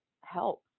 help